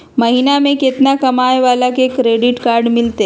महीना में केतना कमाय वाला के क्रेडिट कार्ड मिलतै?